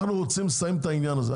אנחנו רוצים לסיים את העניין הזה.